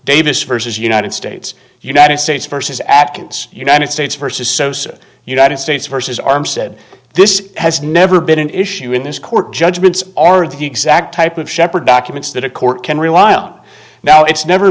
davis versus united states united states versus acts united states versus sosa united states versus armstead this has never been an issue in this court judgments are the exact type of shepherd documents that a court can rely on now it's never